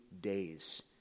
days